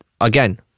again